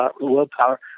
willpower